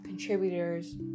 Contributors